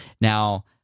Now